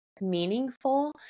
meaningful